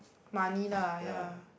money lah ya